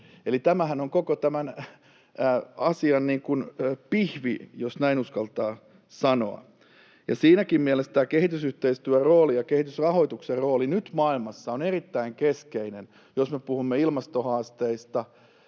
Eli tämähän on koko tämän asian pihvi, jos näin uskaltaa sanoa. Siinäkin mielessä tämä kehitysyhteistyön rooli ja kehitysrahoituksen rooli nyt maailmassa on erittäin keskeinen, jos me puhumme ilmastohaasteista,